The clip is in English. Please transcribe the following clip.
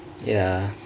ya